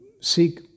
seek